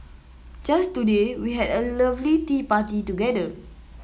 just today we had a lovely tea party together